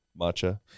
matcha